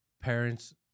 parents